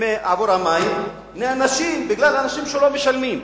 עבור המים נענשים בגלל אנשים שלא משלמים.